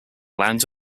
land